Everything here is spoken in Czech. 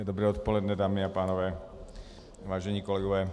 Dobré odpoledne, dámy a pánové, vážení kolegové.